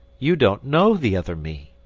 you don't know the other me.